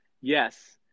Yes